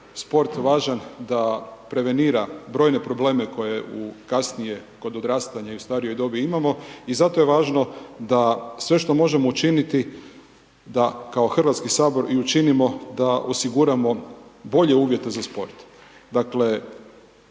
sport važan da prevenira brojne probleme koje u kasnije, kod odrastanja i u starijoj dobi imamo i zato je važno da sve što možemo učiniti da kao HS i učinimo da osiguramo bolje uvjete za sport. Dakle,